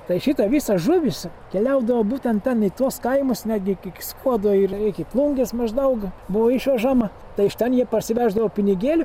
tai šitą visą žuvys keliaudavo būtent ten į tuos kaimus netgi ikik skuodo ir iki plungės maždaug buvo išvežama tai iš ten jie parsiveždavo pinigėlių